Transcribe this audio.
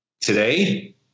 Today